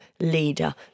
leader